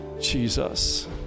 Jesus